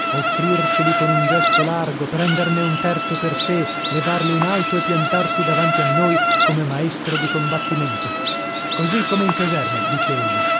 offrirceli con un gesto largo prenderne un terzo per sè levarlo in alto e piantarsi davanti a noi come maestro di combattimento così come in caserma dice egli